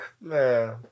Man